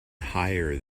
higher